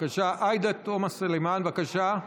עאידה תומא סלימאן, בבקשה.